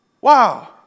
Wow